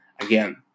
again